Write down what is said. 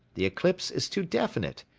the eclipse is too definite.